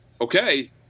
okay